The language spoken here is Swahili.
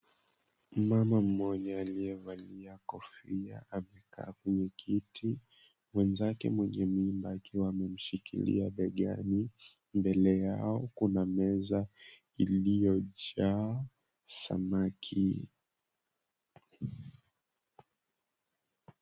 Mama mwenye aliyevalia kofia amekaa kwenye kiti. Mwenzake mwenye mimba akiwa amemshikilia begani. Mbele yao kuna meza iliyojaa samaki.